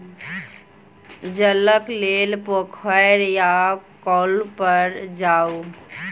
जलक लेल पोखैर या कौल पर जाऊ